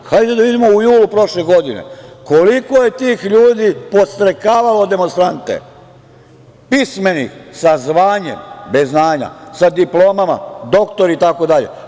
Hajde da vidimo u julu prošle godine koliko je tih ljudi podstrekavalo demonstrante, pismenih, sa zvanjem bez znanja, sa diplomama, doktori itd.